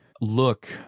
look